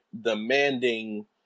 demanding